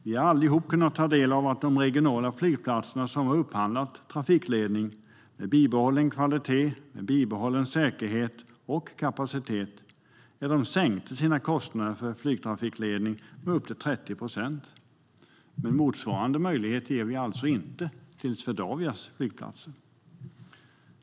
Vi har alla kunnat ta del av att de regionala flygplatser som har upphandlat flygtrafikledning med bibehållen kvalitet, säkerhet och kapacitet, sänkte sina kostnader för flygtrafikledning med upp till 30 procent. Men någon motsvarande möjlighet ger vi alltså inte till Swedavias flygplatser.